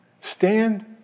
Stand